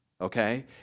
okay